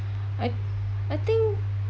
I I think